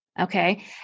Okay